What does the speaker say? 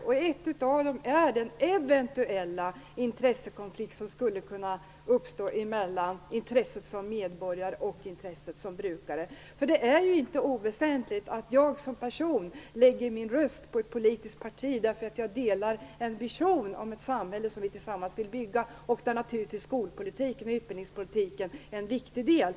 En frågeställning är den eventuella intressekonflikt som skulle kunna uppstå mellan intresset som medborgare och intresset som brukare. Det är inte oväsentligt att jag som person lägger min röst på ett politiskt parti därför att jag delar en vision om det samhälle som vi tillsammans vill bygga. Där är naturligtvis utbildningspolitiken en viktig del.